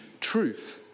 truth